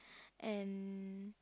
and